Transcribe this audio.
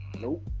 Nope